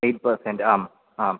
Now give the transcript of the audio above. at percent um आम्